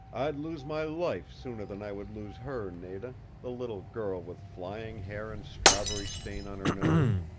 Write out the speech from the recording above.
i'd lose my life sooner than i would lose her, nada the little girl with flying hair and strawberry stain on her nose,